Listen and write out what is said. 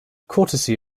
courtesy